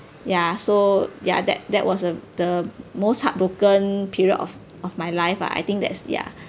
ya so ya that that was the the most heartbroken period of of my life lah I think that's ya